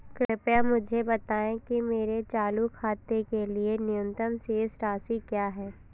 कृपया मुझे बताएं कि मेरे चालू खाते के लिए न्यूनतम शेष राशि क्या है?